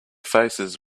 faces